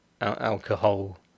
alcohol